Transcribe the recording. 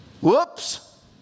Whoops